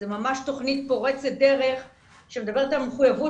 זאת ממש תוכנית פורצת דרך שמדברת על מחויבות